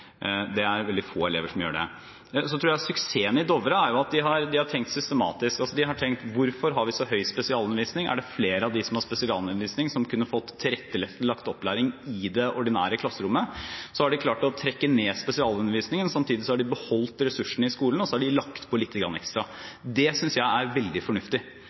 at de har tenkt systematisk. De har tenkt: Hvorfor har vi så høy grad av spesialundervisning? Er det flere av dem som har spesialundervisning, som kunne fått tilrettelagt opplæring i det ordinære klasserommet? Så har de klart å trekke ned spesialundervisningen, og samtidig har de beholdt ressursene i skolen og lagt på lite grann ekstra. Det synes jeg er veldig fornuftig.